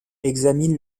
examine